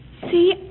See